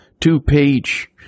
two-page